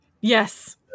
Yes